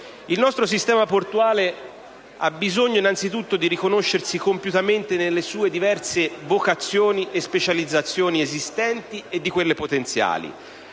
Il nostro sistema portuale ha bisogno innanzitutto di riconoscersi compiutamente nelle sue diverse vocazioni e specializzazioni esistenti e potenziali,